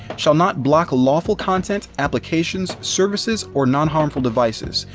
shall not block lawful content, applications, services, or nonharmful devices,